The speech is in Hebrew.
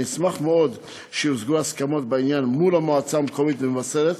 אני אשמח מאוד שיושגו הסכמות בעניין מול המועצה המקומית במבשרת,